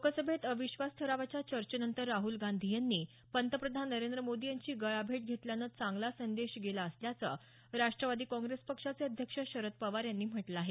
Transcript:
लोकसभेत अविश्वास ठरावाच्या चर्चेनंतर राहुल गांधी यांनी पंतप्रधान नरेंद्र मोदी यांची गळाभेट घेतल्यानं चांगला संदेश गेला असल्याचं राष्ट्रवादी काँग्रेस पक्षाचे अध्यक्ष शरद पवार यांनी म्हटलं आहे